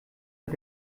mit